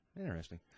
Interesting